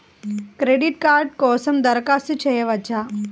Credit card కోసం దరఖాస్తు చేయవచ్చా?